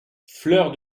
fleur